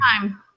time